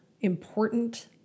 important